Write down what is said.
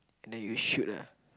and then you shoot ah